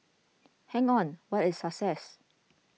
hang on what is success